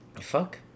Fuck